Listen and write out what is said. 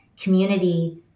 community